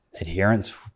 adherence